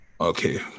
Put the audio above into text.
okay